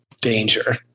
danger